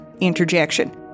interjection